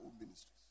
ministries